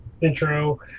intro